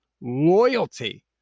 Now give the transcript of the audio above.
loyalty